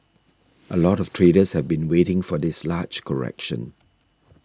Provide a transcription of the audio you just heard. a lot of traders have been waiting for this large correction